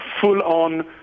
full-on